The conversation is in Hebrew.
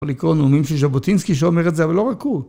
יכול לקרוא נאומים של ז'בוטינסקי שאומר את זה, אבל לא רק הוא.